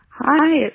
Hi